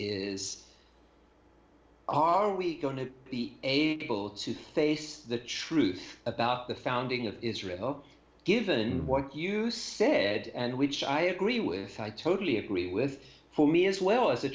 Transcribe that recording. is are we going to be able to face the truth about the founding of israel given work hughes said and which i agree with i totally agree with for me as well as a